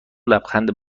لبخند